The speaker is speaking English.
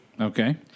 Okay